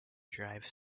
drive